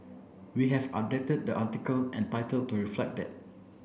we have updated the article and title to reflect that